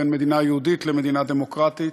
בין מדינה יהודית למדינה דמוקרטית,